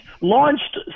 launched